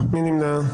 מי נמנע?